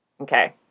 Okay